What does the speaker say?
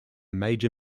major